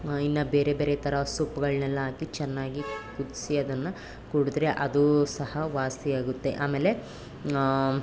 ಇನ್ನೂ ಬೇರೆ ಬೇರೆ ಥರ ಸೊಪ್ಪುಗಳನ್ನೆಲ್ಲ ಹಾಕಿ ಚೆನ್ನಾಗಿ ಕುದಿಸಿ ಅದನ್ನು ಕುಡಿದ್ರೆ ಅದೂ ಸಹ ವಾಸಿಯಾಗುತ್ತೆ ಆಮೇಲೆ